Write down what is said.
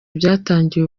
byatangiye